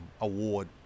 award